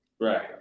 Right